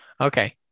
Okay